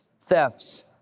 thefts